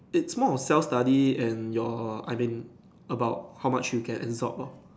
it's more a self study and your I mean about how much you can absorb lor